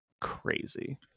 crazy